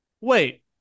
wait